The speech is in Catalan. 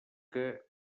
que